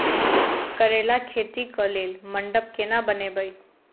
करेला खेती कऽ लेल मंडप केना बनैबे?